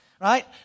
right